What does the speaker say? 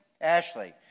Ashley